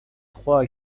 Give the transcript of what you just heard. trois